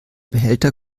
behälter